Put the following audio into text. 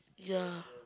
ya